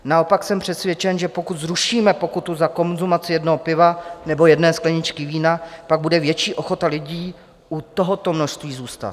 Naopak, jsem přesvědčen, že pokud zrušíme pokutu za konzumaci jednoho piva nebo jedné skleničky vína, bude větší ochota lidí u tohoto množství zůstat.